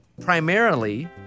primarily